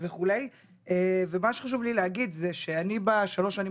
וכולי ומה שחשוב לי להגיד זה שאני בשלוש שנים